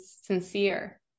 sincere